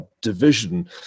division